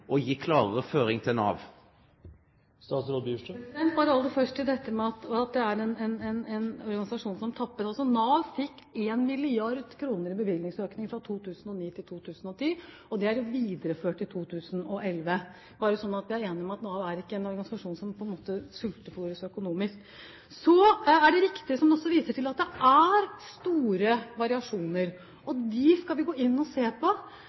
og gi klarare føring til Nav? Aller først til dette med at det er en organisasjon som tappes. Nav fikk 1 mrd. kr i bevilgningsøkning fra 2009 til 2010, og det er videreført i 2011 – bare så vi er enige om at Nav ikke er en organisasjon som på en måte sultefôres økonomisk. Så er det riktig, som det også vises til, at det er store variasjoner, og det skal vi gå inn og se på.